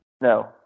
no